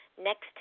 next